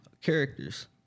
characters